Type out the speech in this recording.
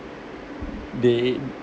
they